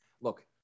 look